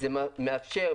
זה מאפשר,